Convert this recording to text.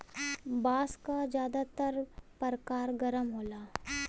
बांस क जादातर परकार गर्म होला